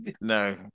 no